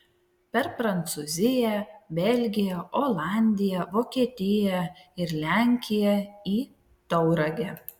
per prancūziją belgiją olandiją vokietiją ir lenkiją į tauragę